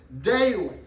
daily